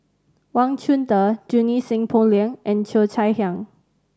Wang Chunde Junie Sng Poh Leng and Cheo Chai Hiang